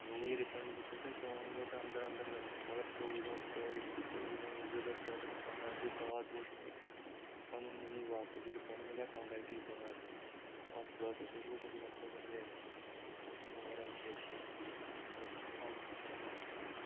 money refund گوٚژھوٕ تۅہہِ ژوٚوُن گَنٹَن اَنٛدَر اَنٛدَر گَژھُن مَگَر ژوٚوُہ گَنٹہٕ پرٛٲڑِتھ تہِ ژوٚوُہ گٔنٹہٕ زٕ دۅہ ترٛےٚ دۅہ پَنٛداہہِ دۅہۍ بعد ووت مےٚ پَنُن مٔنی واپَس رِفَنٛڈ گوٚو مےٚ پَنٛداہہِ دۅہۍ بعد اَتھ پرٛاسٮ۪س حظ لوگ لَک بَگ رِٮ۪تھ یہِ اوس مےٚ overall worst experience worst online shopping experience